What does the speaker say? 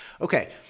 okay